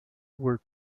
were